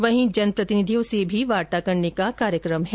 वहीं जनप्रतिनिधियों से भी वार्ता करने का कार्यक्रम है